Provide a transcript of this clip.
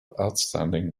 outstanding